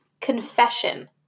confession